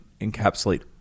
encapsulate